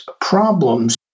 problems